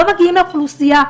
לא מגיעים לאוכלוסייה,